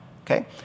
okay